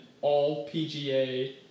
all-PGA